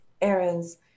errands